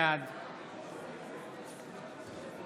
בעד